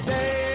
Day